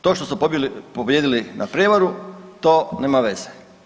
To što su pobijedili na prijevaru to nema veze.